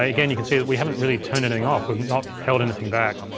ah again, you can see that we haven't really turned anything off, we've not held anything back.